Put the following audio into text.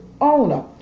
owner